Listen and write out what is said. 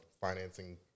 financing